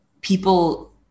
people